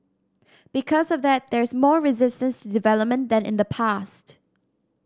because of that there's more resistance to development than in the past